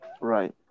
Right